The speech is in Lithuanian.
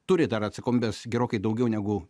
turi dar atsakomybės gerokai daugiau negu